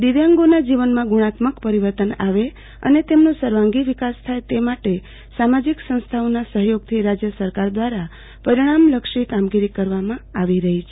દિવ્યાંગોના જીવનમાં ગુણાત્મક પરિવર્તન આવે અને તેમનો સર્વાંગી વિકાસ થાય તે માટે સામાજિક સંસ્થાઓના સહયોગથી રાજય સરકાર દ્વારા પરિણામલક્ષી કામગીરી કરવામાં આવી રહી છે